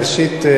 ראשית,